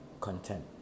content